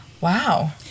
Wow